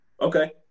Okay